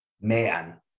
man